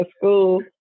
school